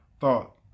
Thought